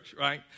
right